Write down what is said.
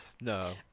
No